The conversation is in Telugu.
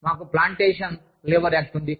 మాకు ప్లాంటేషన్ లేబర్ యాక్ట్ ఉంది